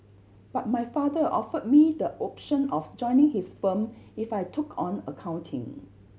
but my father offered me the option of joining his firm if I took on accounting